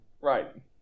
right